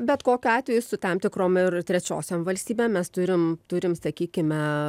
bet kokiu atveju su tam tikrom ir trečiosiom valstybėm mes turim turim sakykime